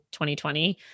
2020